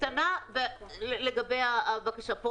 נוספת לגבי הבקשה,